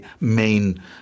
main